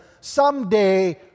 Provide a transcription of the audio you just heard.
someday